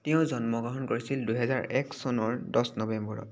তেওঁ জন্ম গ্ৰহণ কৰিছিল দুহেজাৰ এক চনৰ দছ নৱেম্বৰত